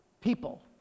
People